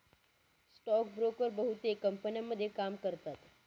stock broker बहुतेक कंपन्यांमध्ये काम करतात